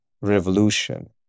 revolution